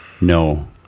No